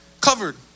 covered